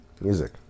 music